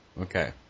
Okay